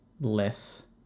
less